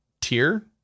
tier